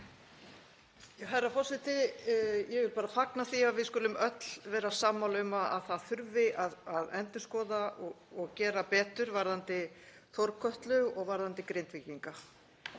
Herra forseti. Ég vil bara fagna því að við skulum öll vera sammála um að það þurfi að endurskoða og gera betur varðandi Þórkötlu og varðandi Grindvíkinga.